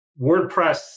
WordPress